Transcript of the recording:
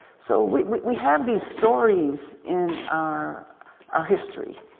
so we we have these stories in our our history.